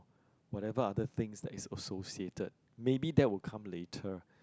whatever other things that is associated maybe that will come later